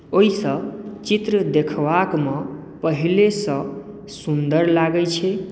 ओहिसँ चित्र देखबामे पहिलेसँ सुन्दर लागैत छै